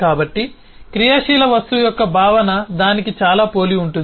కాబట్టి క్రియాశీల వస్తువు యొక్క భావన దానికి చాలా పోలి ఉంటుంది